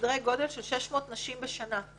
בסדרי גודל של 600 נשים בשנה.